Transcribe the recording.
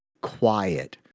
quiet